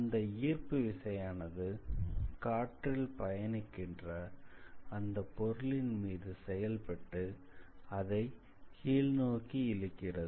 அந்த ஈர்ப்பு விசையானது காற்றில் பயணிக்கின்ற அந்த பொருளின் மீது செயல்பட்டு அதை கீழ்நோக்கி இழுக்கிறது